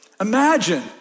Imagine